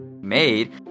made